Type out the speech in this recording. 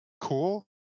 cool